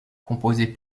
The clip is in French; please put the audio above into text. composé